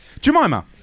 Jemima